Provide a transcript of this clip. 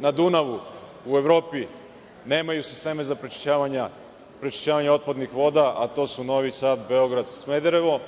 na Dunavu u Evropi nemaju sisteme za prečišćavanje otpadnih voda, a to su Novi Sad, Beograd i Smederevo,